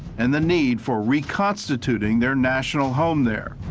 and the need for reconstituting their national home there.